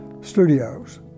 Studios